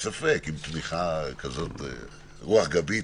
אין לי ספק, עם תמיכה כזאת ורוח גבית.